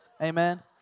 Amen